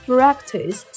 Practice